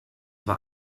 war